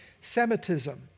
Semitism